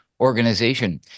organization